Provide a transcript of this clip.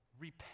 Repent